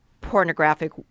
pornographic